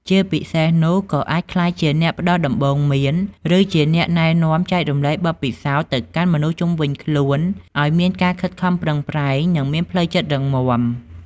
ជាពិសេសនោះ ក៏អាចក្លាយជាអ្នកផ្តល់ដំបូន្មាន ឬជាអ្នកណែនាំចែករំលែកបទពិសោធន៍ទៅកាន់មនុស្សជុំវិញខ្លួនឲ្យមានការខិតខំប្រឹងប្រែង និងមានផ្លូវចិត្តរឹងមាំ។